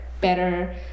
better